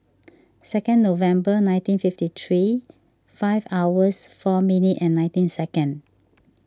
second November nineteen fifty three five hours four minute and nineteen second